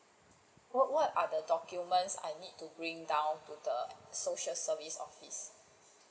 what what are the documents I need to bring down to the social service office